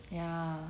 ya